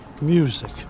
Music